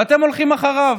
ואתם הולכים אחריו.